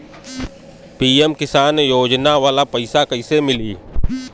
PM Kisan योजना वाला पैसा कईसे मिली?